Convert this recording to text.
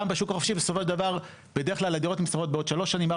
בשוק החופשי בסופו של דבר הדירות נמסרות אחרי שלוש שנים,